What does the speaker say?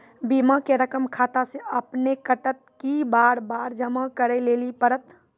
बीमा के रकम खाता से अपने कटत कि बार बार जमा करे लेली पड़त?